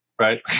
right